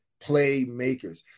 playmakers